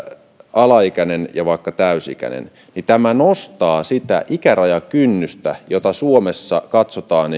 alaikäinen ja täysi ikäinen niin tämä nostaa sitä ikärajakynnystä jolloin suomessa katsotaan